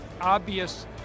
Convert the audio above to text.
obvious